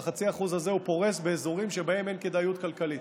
הוא פורס באזורים שבהם אין כדאיות כלכלית.